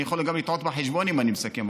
אני גם יכול לטעות בחשבון אם אני מסכם,